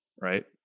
right